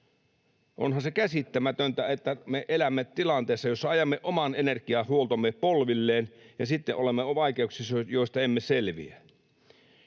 Onhan se käsittämätöntä, että me elämme tilanteessa, jossa ajamme oman energiahuoltomme polvilleen ja sitten olemme vaikeuksissa, joista emme selviä.